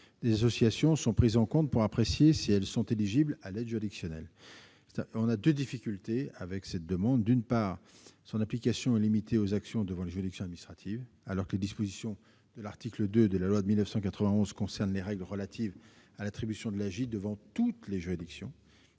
des associations soient prises en compte pour apprécier si elles sont éligibles à l'aide juridictionnelle. Cette proposition nous pose deux difficultés. D'une part, son application est limitée aux actions devant les juridictions administratives, alors que les dispositions de l'article 2 de la loi de 1991 concernent les règles relatives à l'attribution de l'aide juridictionnelle devant toutes les juridictions.